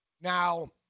Now